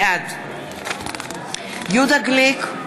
בעד יהודה גליק,